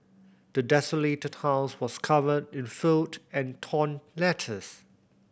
the desolated house was covered in filth and torn letters